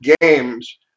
games